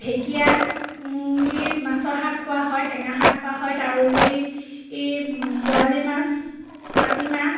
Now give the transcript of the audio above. ঢেঁকীয়া দি মাছৰ শাক খোৱা হয় টেঙা শাক খোৱা হয় তাৰ উপৰি বৰালি মাছ মাটি মাহ